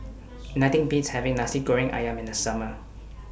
Nothing Beats having Nasi Goreng Ayam in The Summer